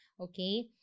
Okay